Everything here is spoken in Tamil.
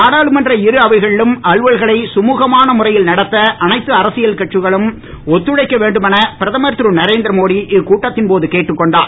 நாடாளுமன்ற இரு அவைகளிலும் அலுவல்களை சுழுகமான முறையில் நடத்த அனைத்து அரசியல் கட்சிகளும் ஒத்துழைக்க வேண்டுமென பிரதமர் திரு நரேந்திரமோடி இக்கூட்டத்தின் போது கேட்டுக் கொண்டார்